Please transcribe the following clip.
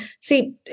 See